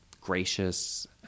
gracious